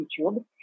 YouTube